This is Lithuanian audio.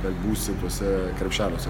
kad būsi tuose krepšeliuose